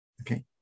Okay